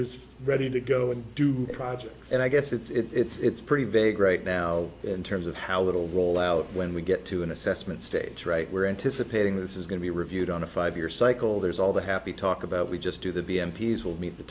is ready to go and do a project and i guess it's pretty vague right now in terms of how little roll out when we get to an assessment stage right we're anticipating this is going to be reviewed on a five year cycle there's all the happy talk about we just do the b m p as will meet the